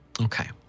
Okay